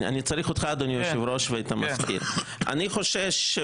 אני חושש,